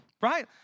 right